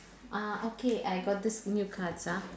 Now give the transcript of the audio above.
uh okay I got these new cards ah